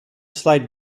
slide